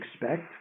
expect